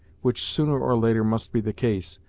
which sooner or later must be the case,